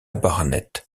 barnett